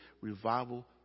revival